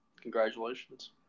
Congratulations